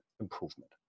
improvement